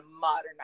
modernize